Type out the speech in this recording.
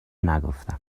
نگفتم